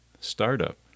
startup